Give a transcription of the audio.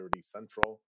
Central